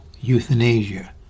euthanasia